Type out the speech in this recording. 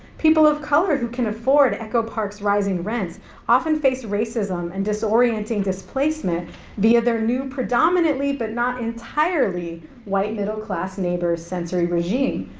people of color who can afford echo park's rising rents often face racism and disorienting displacement via their new predominantly but not entirely white middle class neighbor sensory regime,